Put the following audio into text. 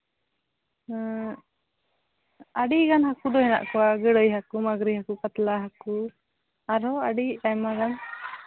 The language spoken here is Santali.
ᱦᱮᱸ ᱟᱹᱰᱤᱜᱟᱱ ᱦᱟᱹᱠᱩ ᱫᱚ ᱦᱮᱱᱟᱜ ᱠᱚᱣᱟ ᱜᱟᱹᱲᱟᱹᱭ ᱦᱟᱹᱠᱩ ᱢᱟᱹᱜᱽᱨᱤ ᱦᱟᱹᱠᱩ ᱠᱟᱛᱞᱟ ᱦᱟᱹᱠᱩ ᱟᱨᱦᱚᱸ ᱟᱹᱰᱤ ᱟᱭᱢᱟ ᱜᱟᱱ